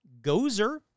Gozer